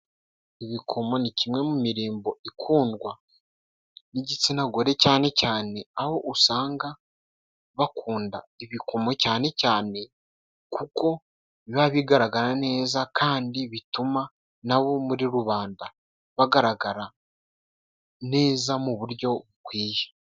Ibikomo ni kimwe mu mirimbo ikundwa n'igitsina gore, cyane cyane aho usanga bakunda ibikomo, cyane cyane kuko biba bigaragara neza kandi bituma nabo muri rubanda bagaragara neza mu buryo bukwiye.